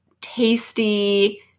tasty